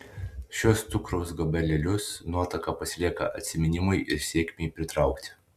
šiuos cukraus gabalėlius nuotaka pasilieka atsiminimui ir sėkmei pritraukti